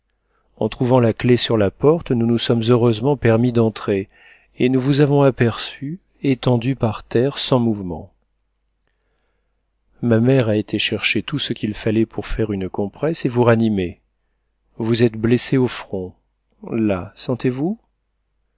en trouvant la clef sur la porte nous nous sommes heureusement permis d'entrer et nous vous avons aperçu étendu par terre sans mouvement ma mère a été chercher tout ce qu'il fallait pour faire une compresse et vous ranimer vous êtes blessé au front là sentez-vous